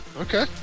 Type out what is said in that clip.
Okay